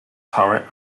turret